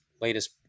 Latest